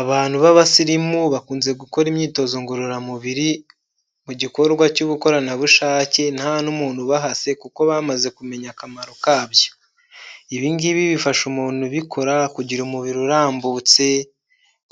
Abantu b'abasirimu bakunze gukora imyitozo ngororamubiri mu gikorwa cy'ubukoranabushake nta n'umuntu ubahase kuko bamaze kumenya akamaro kabyo, ibigibi bifasha umuntu ubikora kugira umubiri urambutse